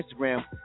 Instagram